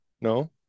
No